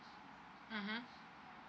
mmhmm